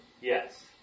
Yes